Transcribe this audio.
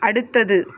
அடுத்தது